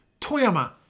Toyama